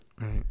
Right